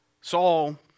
Saul